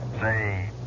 Say